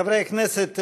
חברי הכנסת,